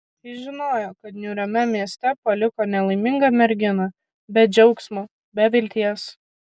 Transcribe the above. jis žinojo kad niūriame mieste paliko nelaimingą merginą be džiaugsmo be vilties